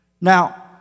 Now